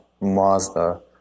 Mazda